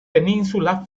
península